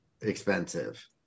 expensive